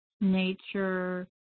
nature